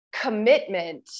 commitment